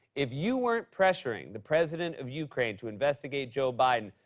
if you weren't pressuring the president of ukraine to investigate joe biden,